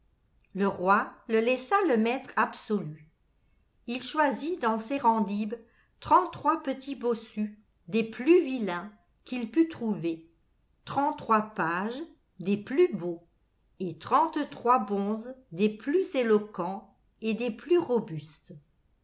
le roi le laissa le maître absolu il choisit dans serendib trente-trois petits bossus des plus vilains qu'il put trouver trente-trois pages des plus beaux et trente-trois bonzes des plus éloquents et des plus robustes